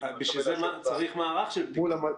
בשביל זה צריך מערך של בדיקות.